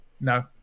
No